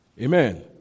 Amen